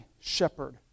shepherd